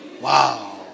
Wow